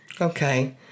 okay